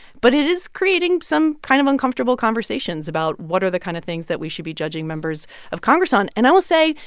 but it is creating some kind of uncomfortable conversations about what are the kind of things that we should be judging members of congress on and i will say,